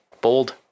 Bold